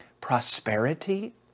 prosperity